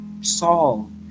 Saul